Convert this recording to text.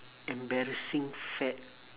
embarrassing fad